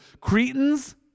Cretans